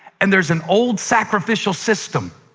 and there's an old sacrificial system.